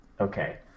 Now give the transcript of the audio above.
okay